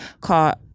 called